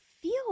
feel